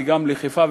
וגם בחיפה,